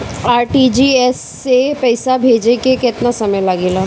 RTGS से पैसा भेजे में केतना समय लगे ला?